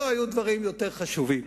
לא היו דברים יותר חשובים.